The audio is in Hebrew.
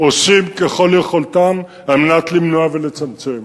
עושים ככל יכולתם על מנת למנוע ולצמצם.